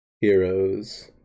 heroes